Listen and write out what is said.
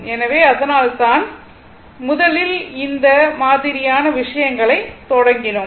எனவே அதனால் தான் முதலில் இந்த மாதிரியான விஷயங்களைத் தொடங்கினோம்